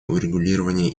урегулирование